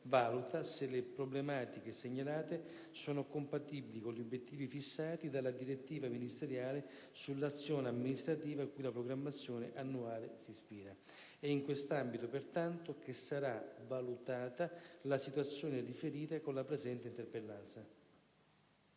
valuta se le problematiche segnalate sono compatibili con gli obiettivi fissati dalla direttiva ministeriale sull'azione amministrativa cui la programmazione annuale si ispira. È in quest'ambito, pertanto, che sarà valutata la situazione riferita con la presente interpellanza.